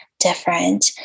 Different